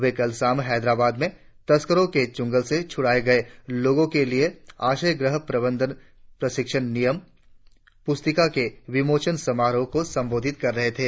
वे कल शाम हैदराबाद में तस्करों के चंगुल से छुड़ाए गए लोगों के लिए आश्रय गृह प्रबंधन प्रशिक्षण नियम प्रस्तिका के विमोचन समारोह को संबोधित कर रहे थे